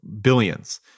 Billions